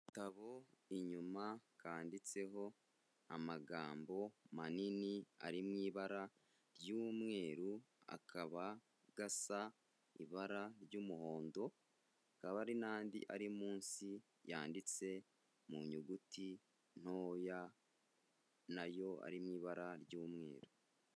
Agatabo inyuma kanditseho amagambo manini ari mu ibara ry'umweru, akaba gasa ibara ry'umuhondo, hakaba hari n'andi ari munsi yanditse mu nyuguti ntoya na yo ari mu ibara ry'umweru.